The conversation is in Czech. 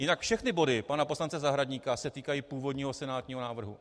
Jinak všechny body pana poslance Zahradníka se týkají původního senátního návrhu.